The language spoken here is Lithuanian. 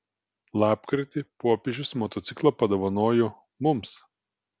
lapkritį popiežius motociklą padovanojo mums